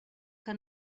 que